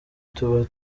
tuba